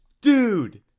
Dude